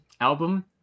album